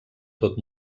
tot